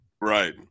Right